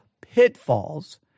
pitfalls